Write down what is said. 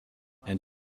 and